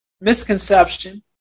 misconception